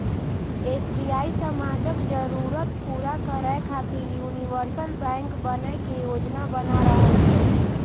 SBI समाजक जरूरत पूरा करै खातिर यूनिवर्सल बैंक बनै के योजना बना रहल छै